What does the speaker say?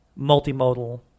multimodal